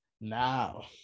Now